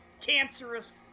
cancerous